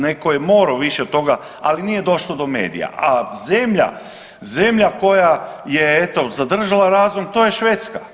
Netko je morao više toga, ali nije došlo do medija, a zemlja, zemlja koja je eto, zadržala razum, to je Švedska.